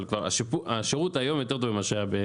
אבל השירות היום יותר טוב ממה שהיה.